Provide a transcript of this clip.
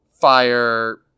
fire